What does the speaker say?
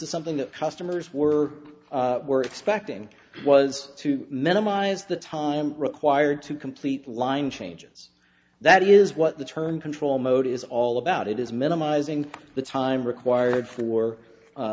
is something that customers were were expecting was to minimize the time required to complete line changes that is what the turn control mode is all about it is minimizing the time required for